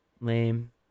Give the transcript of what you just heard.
Lame